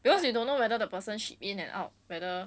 because you don't know whether the person ship in and out whether